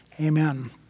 Amen